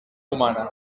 humana